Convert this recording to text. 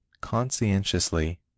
conscientiously